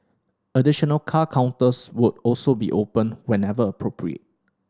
additional car counters would also be opened whenever appropriate